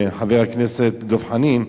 חבר הכנסת דב חנין,